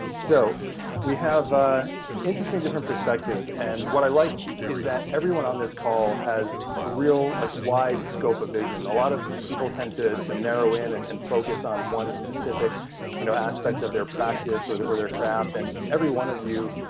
so we have ah interesting different perspectives. and what i like is that everyone on this call has a real like wide scope of vision. a lot of people tend to to narrow in and and focus on one specific you know aspect of their practice or their or their craft. and every one of you,